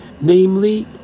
namely